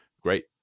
great